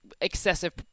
excessive